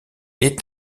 est